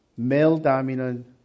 male-dominant